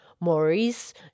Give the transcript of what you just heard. Maurice